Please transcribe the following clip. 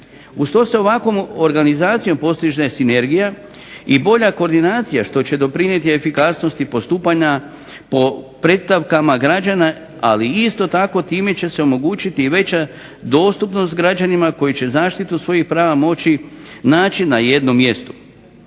Uz to se ovakvom organizacijom postiže sinergija i bolja koordinacija što će doprinijeti efikasnosti postupanja po predstavkama građana, ali isto tako time će se omogućiti i veća dostupnost građanima koji će zaštitu svojih prava moći naći na jednom mjestu.